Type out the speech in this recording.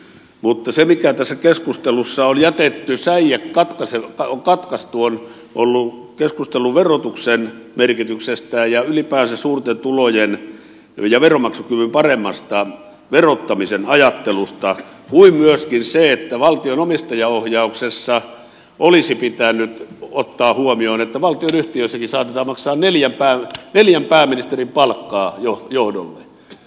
mutta se mikä tässä keskustelussa on jätetty säie katkaistu on ollut keskustelu verotuksen merkityksestä ja ylipäänsä suurten tulojen ja paremmin veronmaksukykyyn liittyvän verottamisen ajattelusta niin kuin myöskin se että valtion omistajaohjauksessa olisi pitänyt ottaa huomioon että valtionyhtiöissäkin saatetaan maksaa neljän pääministerin palkkaa johdolle